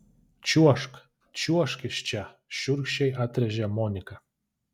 čiuožk čiuožk iš čia šiurkščiai atrėžė monika